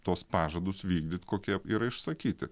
tuos pažadus vykdyt kokie yra išsakyti